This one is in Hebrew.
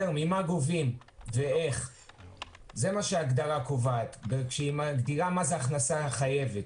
ממה גובים ואיך היא מגדירה מה זה הכנסה חייבת.